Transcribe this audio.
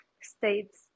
states